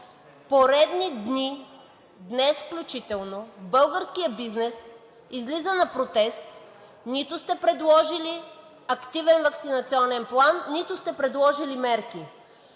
поредни дни, днес включително, българският бизнес излиза на протест? Нито сте предложили активен ваксинационен план, нито сте предложили мерки!